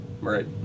Right